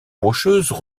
rocheuses